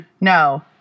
no